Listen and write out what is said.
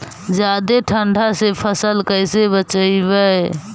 जादे ठंडा से फसल कैसे बचइबै?